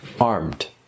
armed